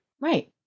Right